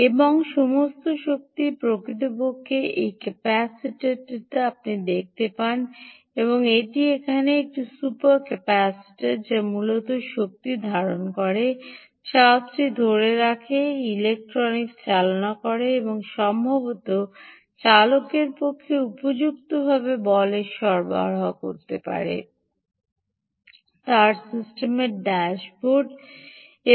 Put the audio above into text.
এবং সমস্ত শক্তি প্রকৃতপক্ষে এই ক্যাপাসিটারটিতে আপনি দেখতে পান এটি এখানে একটি সুপার ক্যাপাসিটার যা মূলত শক্তি ধারণ করে চার্জটি ধরে রাখে এই ইলেক্ট্রনিক্স চালনা করতে এবং সম্ভবত চালকের পক্ষে উপযুক্তভাবে বলের তাপমাত্রা সরবরাহ করতে পারে তা সিস্টেমের ড্যাশবোর্ডSystem's Dsahboard